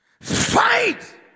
Fight